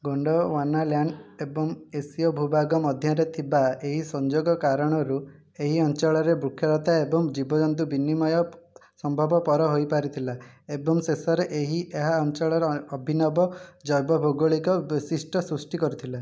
Gondwanaland ଏବଂ ଏସୀୟ ଭୂଭାଗ ମଧ୍ୟରେ ଥିବା ଏହି ସଂଯୋଗ କାରଣରୁ ଏହି ଅଞ୍ଚଳରେ ବୃକ୍ଷଲତା ଏବଂ ଜୀବଜନ୍ତୁଙ୍କ ବିନିମୟ ସମ୍ଭବପର ହୋଇପାରିଥିଲା ଏବଂ ଶେଷରେ ଏହା ଏହି ଅଞ୍ଚଳର ଅଭିନବ ଜୈବଭୌଗୋଳିକ ବୈଶିଷ୍ଟ୍ୟ ସୃଷ୍ଟି କରିଥିଲା